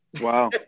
Wow